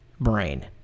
brain